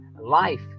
life